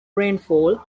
rainfall